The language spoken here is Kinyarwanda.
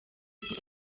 ibyiza